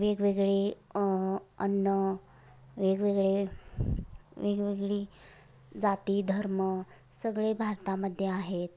वेगवेगळे अन्न वेगवेगळे वेगवेगळी जाती धर्म सगळे भारतामध्ये आहेत